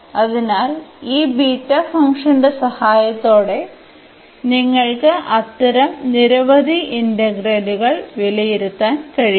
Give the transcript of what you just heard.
അതിനാൽ ഈ ബീറ്റ ഫംഗ്ഷന്റെ സഹായത്തോടെ നിങ്ങൾക്ക് അത്തരം നിരവധി ഇന്റഗ്രൽ വിലയിരുത്താൻ കഴിയും